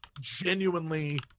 genuinely